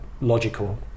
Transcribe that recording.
logical